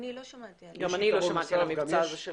גם אני לא שמעתי על המבצע הזה.